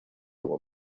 algo